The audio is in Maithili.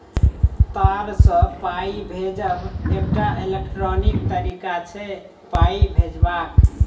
तार सँ पाइ भेजब एकटा इलेक्ट्रॉनिक तरीका छै पाइ भेजबाक